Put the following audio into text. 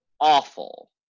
awful